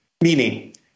meaning